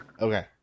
Okay